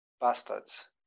bastards